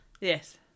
Yes